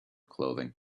clothing